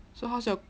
so how's your